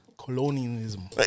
Colonialism